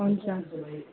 हुन्छ